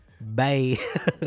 Bye